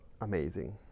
Amazing